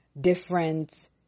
different